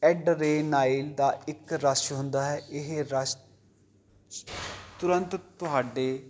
adrenaline ਦਾ ਇੱਕ rush ਹੁੰਦਾ ਹੈ ਇਹ ਰਸ਼ ਤੁਰੰਤ ਤੁਹਾਡੇ